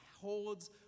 holds